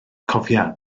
cofia